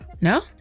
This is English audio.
No